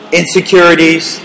insecurities